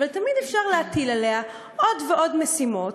תמיד אפשר להפיל עליה עוד ועוד משימות.